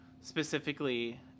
specifically